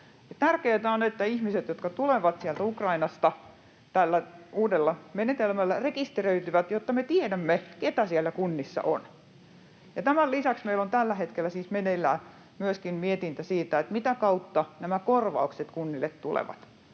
Tärkeätä on, että ihmiset, jotka tulevat sieltä Ukrainasta tällä uudella menetelmällä, rekisteröityvät, jotta me tiedämme, ketä siellä kunnissa on. Tämän lisäksi meillä on tällä hetkellä siis meneillään myöskin mietintä siitä, mitä kautta nämä korvaukset kunnille tulevat